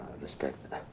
respect